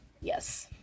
yes